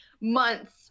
months